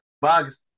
bugs